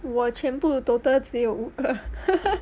我全部 total 只有五个